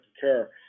care